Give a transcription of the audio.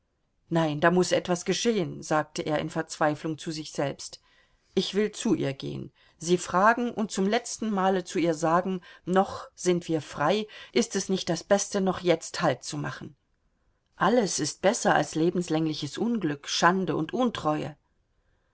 nein da muß etwas geschehen sagte er in verzweiflung zu sich selbst ich will zu ihr gehen sie fragen und zum letzten male zu ihr sagen noch sind wir frei ist es nicht das beste noch jetzt haltzumachen alles ist besser als lebenslängliches unglück schande und untreue